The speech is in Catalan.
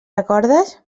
recordes